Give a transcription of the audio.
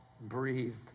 breathed